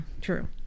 True